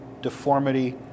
deformity